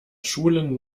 schulen